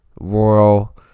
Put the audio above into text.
rural